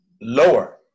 lower